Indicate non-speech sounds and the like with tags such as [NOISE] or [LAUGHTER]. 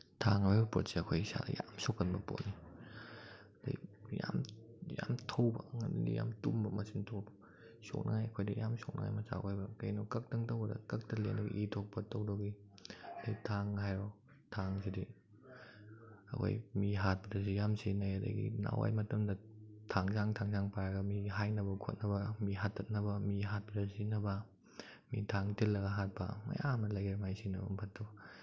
ꯊꯥꯡ ꯍꯥꯏꯕ ꯄꯣꯠꯁꯦ ꯑꯩꯈꯣꯏ ꯏꯁꯥꯗ ꯌꯥꯝꯅ ꯁꯣꯛꯀꯟꯕ ꯄꯣꯠꯅꯤ ꯑꯗꯩ ꯌꯥꯝ ꯌꯥꯝ ꯊꯧꯕ [UNINTELLIGIBLE] ꯌꯥꯝ ꯇꯨꯝꯕ ꯃꯆꯤꯟ [UNINTELLIGIBLE] ꯁꯣꯛꯅꯉꯥꯏ ꯑꯩꯈꯣꯏꯗ ꯁꯣꯛꯅꯉꯥꯏ ꯃꯆꯥꯛ ꯑꯣꯏꯕ ꯀꯩꯅꯣ ꯀꯛꯇꯪ ꯇꯧꯕꯗ ꯀꯛꯇ ꯂꯦꯟꯕꯗ ꯏ ꯊꯣꯛꯄ ꯇꯧꯅꯕꯒꯤ ꯍꯥꯏꯗꯤ ꯊꯥꯡ ꯍꯥꯏꯔꯣ ꯊꯥꯡꯁꯤꯗꯤ ꯑꯩꯈꯣꯏ ꯃꯤ ꯍꯥꯠꯄꯗꯁꯨ ꯌꯥꯝ ꯁꯤꯖꯤꯟꯅꯩ ꯑꯗꯒꯤ ꯅꯍꯥꯜꯋꯥꯏ ꯃꯇꯝꯗ ꯊꯥꯡꯁꯥꯡ ꯊꯥꯡꯁꯥꯡ ꯄꯥꯏꯔꯒ ꯃꯤ ꯍꯥꯏꯅꯕ ꯈꯣꯠꯅꯕ ꯃꯤ ꯍꯥꯠꯇꯠꯅꯕ ꯃꯤ ꯍꯥꯠꯄꯗ ꯁꯤꯖꯤꯟꯅꯕ ꯃꯤ ꯊꯥꯡ ꯊꯤꯜꯂꯒ ꯍꯥꯠꯄ ꯃꯌꯥꯝ ꯑꯃ ꯂꯩꯈ꯭ꯔꯦ ꯃꯥꯏ ꯁꯤꯖꯤꯟꯅꯐꯝ ꯐꯠꯇꯕ